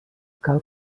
cal